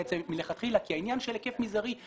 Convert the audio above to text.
את זה מלכתחילה כי העניין של היקף מזערי,